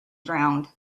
drowned